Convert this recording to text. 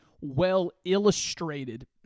well-illustrated